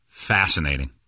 fascinating